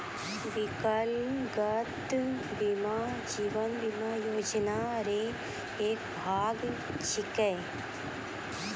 बिकलांगता बीमा जीवन बीमा योजना रो एक भाग छिकै